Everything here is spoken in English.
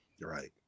Right